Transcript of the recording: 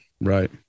Right